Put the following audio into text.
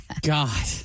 God